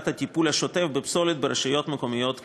הטיפול השוטף בפסולת ברשויות מקומיות כאמור.